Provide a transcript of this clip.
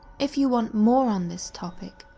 if you want more on this topic,